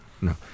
No